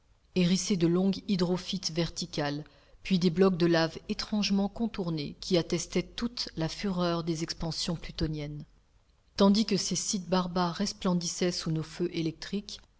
hérissées de longues hydrophytes verticales puis des blocs de laves étrangement contournés qui attestaient toute la fureur des expansions plutoniennes tandis que ces sites bizarres resplendissaient sous nos feux électriques